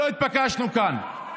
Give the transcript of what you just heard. לא התבקשנו כאן.